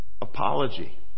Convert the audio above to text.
apology